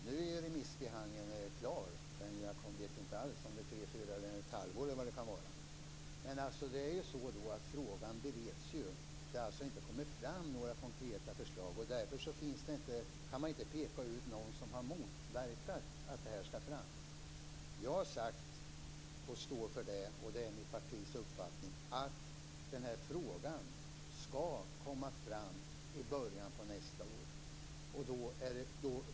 Nu är remissbehandlingen klar, men jag vet inte alls om det rör sig om tre fyra månader, ett halvår eller vad det kan vara. Frågan bereds ju. Det har alltså inte kommit fram några konkreta förslag. Därför kan man inte peka ut någon som har motverkat att förslaget skall fram. Jag har sagt, och står för det, att den här frågan skall komma fram i början av nästa år. Det är mitt partis uppfattning.